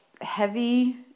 heavy